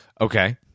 Okay